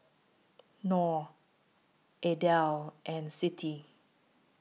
Nor Aidil and Siti